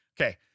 Okay